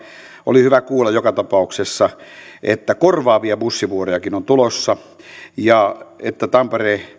oli hyvä kuulla joka tapauksessa että korvaavia bussivuorojakin on tulossa ja että tampere